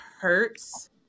hurts